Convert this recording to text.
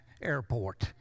airport